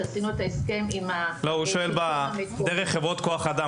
כשעשינו את ההסכם עם ה --- אבל הוא שואל על חברות הכוח אדם,